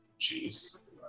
Jeez